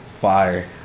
Fire